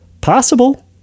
Possible